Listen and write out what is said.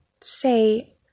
say